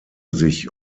sich